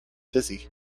dizzy